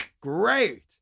great